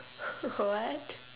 what